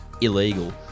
illegal